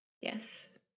Yes